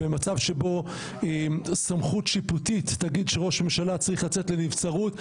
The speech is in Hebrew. במצב שבו סמכות שיפוטית תגיד שראש ממשלה צריך לצאת לנבצרות.